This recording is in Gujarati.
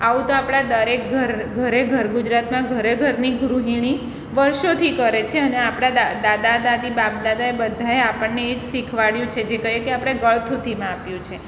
આવું તો આપણા દરેક ઘરે ઘર ગુજરાતમાં ઘરે ઘરની ગૃહિણી વર્ષોથી કરે છે અને આપણા દાદા દાદી બાપ દાદાએ બધાએ આપણને એ જ શીખવાડ્યું છે જે કહીએ કે આપણને ગળથૂથીમાં આપ્યું છે